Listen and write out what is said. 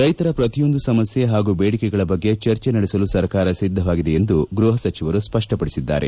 ರೈತರ ಪ್ರತಿಯೊಂದು ಸಮಸ್ಯೆ ಹಾಗೂ ಬೇಡಿಕೆಗಳ ಬಗ್ಗೆ ಚರ್ಚೆ ನಡೆಸಲು ಸರ್ಕಾರ ಸಿದ್ದವಾಗಿದೆ ಎಂದು ಗ್ವಹ ಸಚಿವರು ಸ್ಪ ಷ್ವ ಪದಿಸಿದ್ದಾರೆ